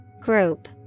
Group